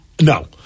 No